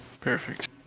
Perfect